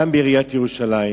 גם בעיריית ירושלים,